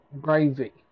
gravy